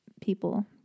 people